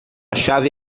chave